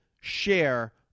share